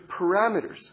parameters